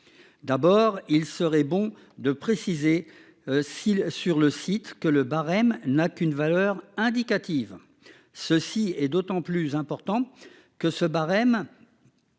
D'abord, il serait bon de préciser si sur le site que le barème n'a qu'une valeur indicative. Ceci est d'autant plus importante que ce barème.